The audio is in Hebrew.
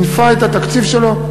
מינפה את התקציב שלו.